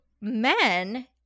men